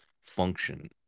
function